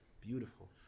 beautiful